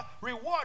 reward